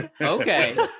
Okay